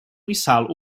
missal